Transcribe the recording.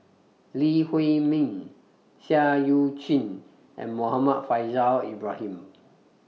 Lee Huei Min Seah EU Chin and Muhammad Faishal Ibrahim